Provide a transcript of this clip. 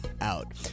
out